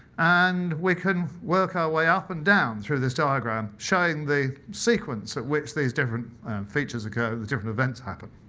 and we can work our way up and down through this diagram, showing the sequence at which these different features occur and the different events happen.